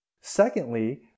Secondly